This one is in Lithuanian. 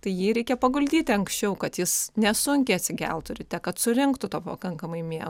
tai jį reikia paguldyti anksčiau kad jis nesunkiai atsigeltų ryte kad surinktų to pakankamai miego